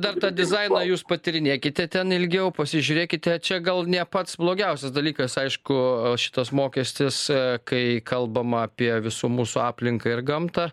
dar tą dizainą jūs patyrinėkite ten ilgiau pasižiūrėkite čia gal ne pats blogiausias dalykas aišku šitas mokestis kai kalbama apie visų mūsų aplinką ir gamtą